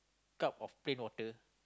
a cup of plain water